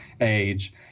age